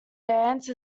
dance